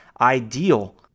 ideal